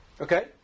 Okay